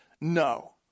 No